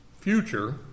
future